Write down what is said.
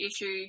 issue